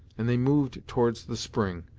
and they moved towards the spring,